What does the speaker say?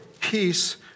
peace